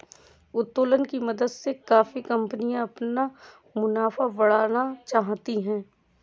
उत्तोलन की मदद से काफी कंपनियां अपना मुनाफा बढ़ाना जानती हैं